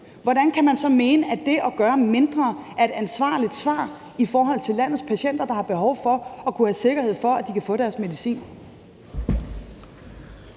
Hvordan kan man så mene, at det at gøre mindre er et ansvarligt svar i forhold til landets patienter, der har behov for at have sikkerhed for, at de kan få deres medicin?